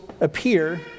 appear